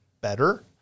better